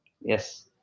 yes